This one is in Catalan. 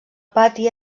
pati